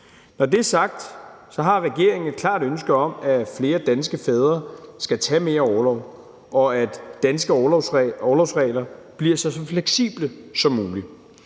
Når det er sagt, har regeringen et klart ønske om, at flere danske fædre skal tage mere orlov, og at danske orlovsregler bliver så fleksible som muligt.